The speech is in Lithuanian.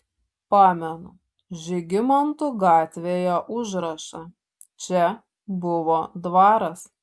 pamenu žygimantų gatvėje užrašą čia buvo dvaras